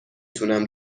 تونم